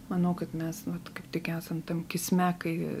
manau kad mes vat kaip tik esam tam kisme kai